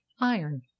iron